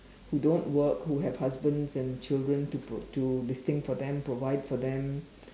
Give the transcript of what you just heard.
who don't work who have husbands and children to book to this thing for them to provide for them